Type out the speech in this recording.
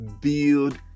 build